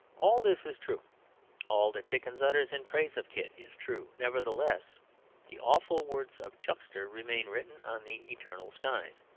all this is true all that dickens utters in praise of kit is true nevertheless the awful words of chuckster remain written on the eternal skies.